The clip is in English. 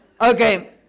okay